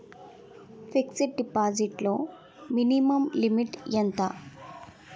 Fixed deposit లో minimum limit ఎంత?